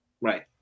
Right